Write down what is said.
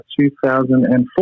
2004